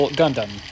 gundam